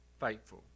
faithful